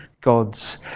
God's